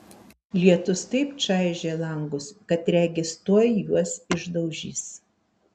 lietus taip čaižė langus kad regis tuoj juos išdaužys